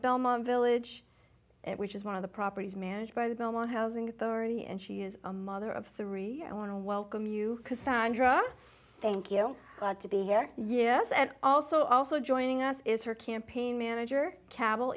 belmont village which is one of the properties managed by the belmont housing authority and she is a mother of three i want to welcome you cassandra thank you glad to be here yes and also also joining us is her campaign manager ca